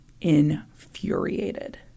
infuriated